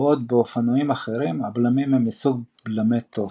בעוד באופנועים אחרים הבלמים הם מסוג בלמי תוף.